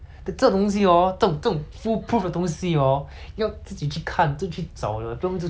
要自己去看自己去找的不用一直去问的他已经 okay for example 你不是跟我讲